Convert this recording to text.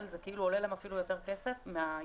- זה עולה להם אפילו יותר כסף - מהיצרן,